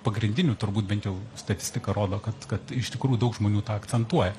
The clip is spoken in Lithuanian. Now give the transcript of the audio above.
pagrindinių turbūt bent jau statistika rodo kad kad iš tikrųjų daug žmonių tą akcentuoja